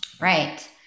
Right